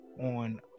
On